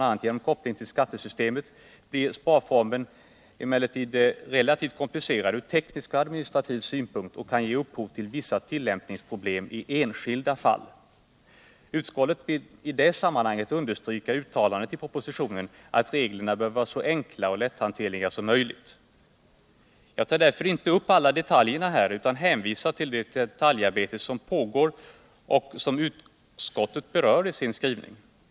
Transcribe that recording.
a. genom kopplingen till skattesystemet blir sparformerna emellertid relativt komplicerade från teknisk och administrativ synpunkt och kan ge upphov till vissa tillämpningsproblem i enskilda fall. Utskottet vill i det sammanhanget understryka uttalandet i propositionen att reglerna bör vara så enkla och lätthanterliga som möjligt. Jag tar därför inte upp alla detaljerna här, utan hänvisar till det detaljarbete som pågår och som utskottet berör i sin skrivning.